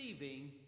receiving